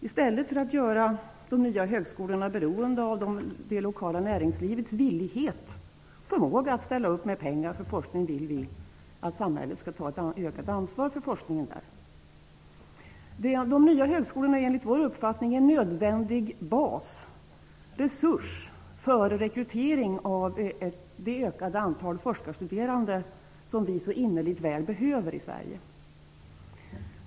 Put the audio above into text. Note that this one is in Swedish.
I stället för att göra de nya högskolorna beroende av det lokala näringslivets villighet och förmåga att ställa upp med pengar för forskning vill vi att samhället skall ta ett ökat ansvar för forskningen där. De nya högskolorna är enligt vår uppfattning en nödvändig basresurs för rekrytering av det ökade antal forskarstuderande som vi så innerligt väl behöver i Sverige.